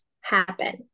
happen